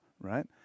right